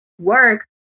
work